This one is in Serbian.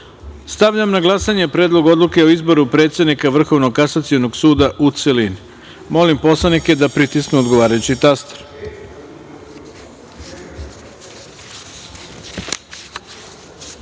suda. Stavljam na glasanje Predlog odluke o izboru predsednika Vrhovnog kasacionog suda, u celini. Molim poslanike da pritisnu odgovarajući